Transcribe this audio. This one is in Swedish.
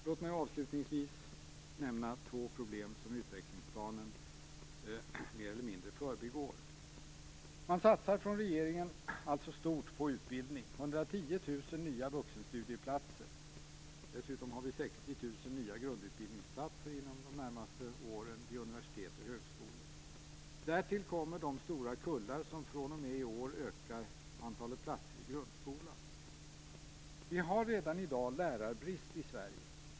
Låt mig avslutningsvis nämna två problem som utvecklingsplanen mer eller mindre förbigår. Från regeringens sida satsar man alltså stort på utbildning. Det handlar om 110 000 nya vuxenstudieplatser. Dessutom blir det 60 000 nya grundutbildningsplatser vid universitet och högskolor under de närmaste åren. Därtill kommer de stora kullar som fr.o.m. i år gör att antalet platser ökar i grundskolan. Men redan i dag är det lärarbrist i Sverige.